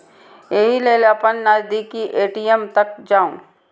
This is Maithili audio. एहि लेल अपन नजदीकी ए.टी.एम तक जाउ